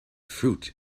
fruit